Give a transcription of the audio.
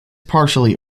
partially